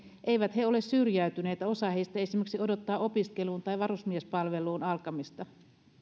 eivät ole syrjäytyneitä osa heistä esimerkiksi odottaa opiskelun tai varusmiespalvelun alkamista